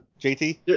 JT